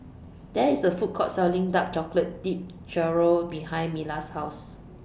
There IS A Food Court Selling Dark Chocolate Dipped Churro behind Milas' House